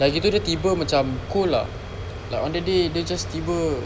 dah gitu dia tiba macam cold ah like on the day dia just tiba